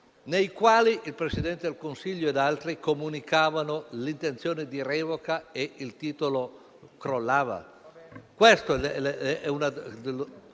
nei quali il Presidente del Consiglio e altri comunicavano l'intenzione di revoca e il titolo crollava?